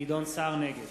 נגד